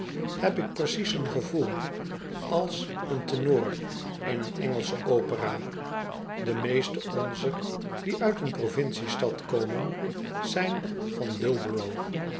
heb ik precies een gevoel als een tenor in een engelsche opera de meeste onzer die uit een provinciestad komen zijn van